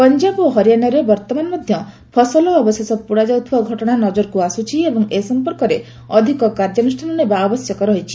ପଞ୍ଜାବ ଓ ହରିୟାଣାରେ ବର୍ତ୍ତମାନ ମଧ୍ୟ ଫସଲ ଅବଶେଷ ପୋଡ଼ାଯାଉଥିବା ଘଟଣା ନଜରକୁ ଆସୁଛି ଏବଂ ଏ ସମ୍ପର୍କରେ ଅଧିକ କାର୍ଯ୍ୟାନୁଷ୍ଠାନ ନେବା ଆବଶ୍ୟକ ରହିଛି